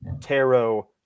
tarot